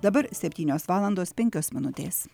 dabar septynios valandos penkios minutės